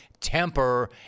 temper